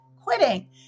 quitting